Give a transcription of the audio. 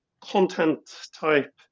content-type